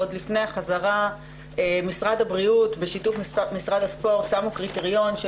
עוד לפני החזרה משרד הבריאות בשיתוף משרד הספורט שמו קריטריון של